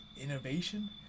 innovation